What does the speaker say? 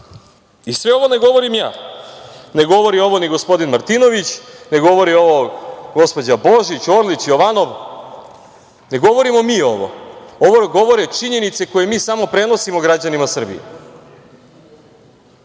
ovo ne govorim ja, ne govori ovo ni gospodin Martinović, ne govori ovo gospođa Božić, Orlić, Jovanov, ne govorimo mi ovo. Ovo govore činjenice koje mi samo prenosimo građanima Srbije.